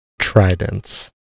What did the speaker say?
tridents